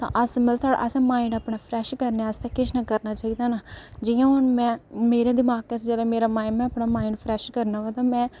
असें मतलब असें गी माइंड फ्रैश करने लई किश ना किश करना चाहिदा जियां मिगी अपना माइंड फ्रैश करना होऐ तां में ड्राइंग करी लैन्नी होन्नी